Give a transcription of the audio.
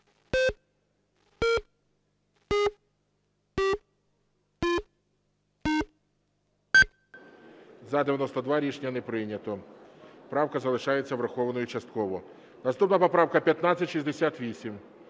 За-92 Рішення не прийнято. Правка залишається врахованою частково. Наступна поправка 1568.